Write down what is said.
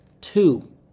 Two